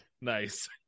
Nice